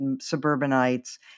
suburbanites